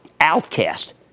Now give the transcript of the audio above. outcast